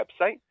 website